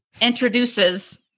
introduces